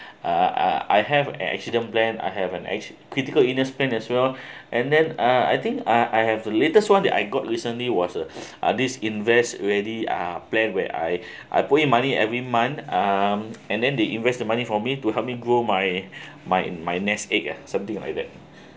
uh uh I have an accident plan I have an acci~ critical illness plan as well and then uh I think uh I have the latest one that I got recently was uh ah this invest ready uh plan where I I put money every month um and then they invest the money for me to help me grow my my my nest egg uh something like that